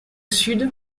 sud